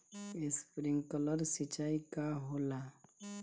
Sprinkler सिंचाई का होला?